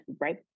right